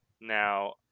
Now